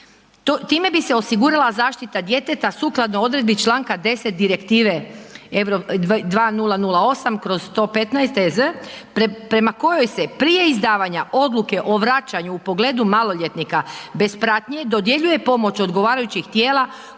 Time bi se osigurala zaštita djeteta sukladno odredbi čl. 10. Direktive 2008/115 EZ prema kojoj se prije izdavanja odluke o vraćanju u pogledu maloljetnika bez pratnje dodjeljuje pomoć odgovarajućih tijela